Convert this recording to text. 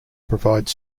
provide